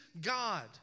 God